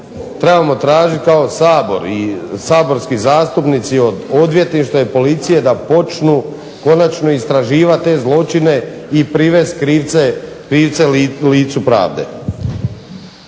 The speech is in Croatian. trebamo tražiti kao Sabor i saborski zastupnici od odvjetništva i policije da počnu konačno istraživat te zločine i privest krivce licu pravde.